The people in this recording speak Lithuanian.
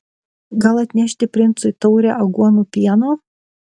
gal atnešti princui taurę aguonų pieno